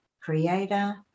Creator